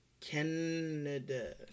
Canada